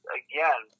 again